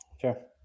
Sure